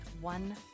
one